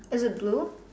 is it blue